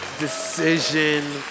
decision